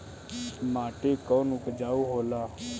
माटी कौन उपजाऊ होला?